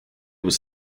was